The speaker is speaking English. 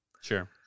Sure